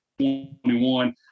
21